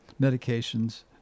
medications